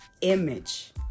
image